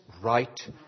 right